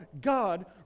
God